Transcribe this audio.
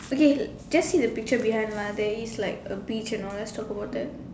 okay just see the picture behind lah there is like a beach and all let's talk about that